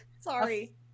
sorry